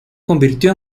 convirtió